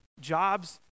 Jobs